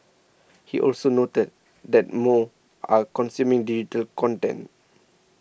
he also noted that more are consuming digital content